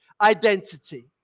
identity